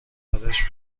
برایش